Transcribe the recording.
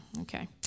Okay